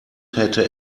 hätte